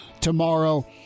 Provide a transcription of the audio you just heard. tomorrow